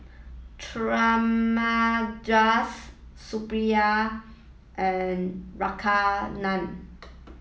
Thamizhavel Suppiah and Radhakrishnan